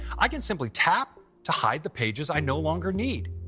i can simply tap to hide the pages i no longer need.